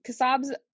kasab's